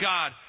God